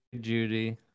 Judy